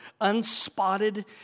unspotted